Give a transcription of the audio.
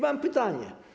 Mam pytanie.